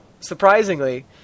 surprisingly